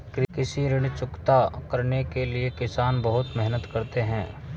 कृषि ऋण चुकता करने के लिए किसान बहुत मेहनत करते हैं